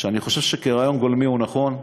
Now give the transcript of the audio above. אני חושב שכרעיון גולמי הוא נכון,